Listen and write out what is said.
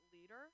leader